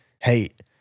hate